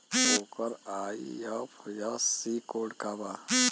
ओकर IFSC code का बा?